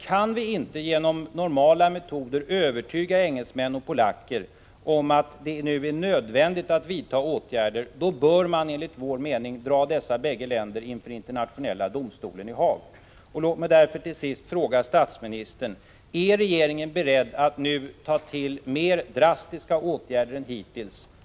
Kan vi inte genom normala metoder övertyga engelsmän och polacker om att det nu är nödvändigt att vidta åtgärder, bör man enligt vår mening dra dessa bägge länder inför Internationella domstolen i Haag. Låt mig därför till sist fråga statsministern: Är regeringen beredd att nu ta till mer drastiska åtgärder än hittills?